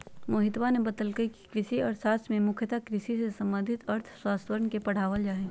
मोहितवा ने बतल कई कि कृषि अर्थशास्त्र में मुख्यतः कृषि से संबंधित अर्थशास्त्रवन के पढ़ावल जाहई